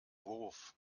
wurf